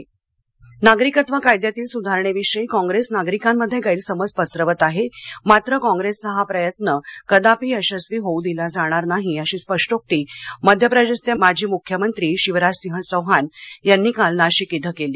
चौहान नाशिक नागरिकत्व कायद्यातील सुधारणेविषयी काँप्रेस नागरिकांमध्ये गैरसमज पसरवत आहे मात्र काँप्रेसचा हा प्रयत्न कदापि यशस्वी होऊ दिला जाणार नाही अशी स्पष्टोक्ती मध्यप्रदेशचे माजी मुख्यमंत्री शिवराजसिह चौहान यांनी काल नाशिक इथं केली